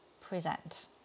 present